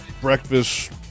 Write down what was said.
breakfast